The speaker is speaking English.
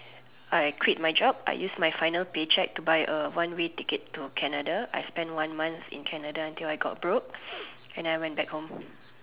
I quit my job I use my final pay check to buy a one way ticket to Canada I spent one month in Canada until I got broke and then I went back home